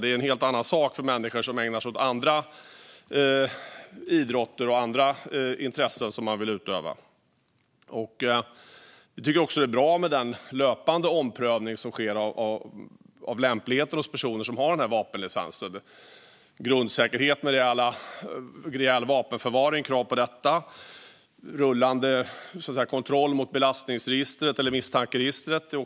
Det är en helt annan sak för människor som ägnar sig åt andra idrotter och intressen. Det är också bra med den löpande omprövning som sker av lämpligheten hos personer som innehar vapenlicens. Det gäller krav på grundsäkerhet i vapenförvaring, löpande kontroll mot belastningsregistret eller misstankeregistret.